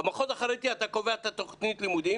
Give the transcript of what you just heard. במחוז החרדי אתה קובע את תכנית הלימודים